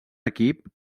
equip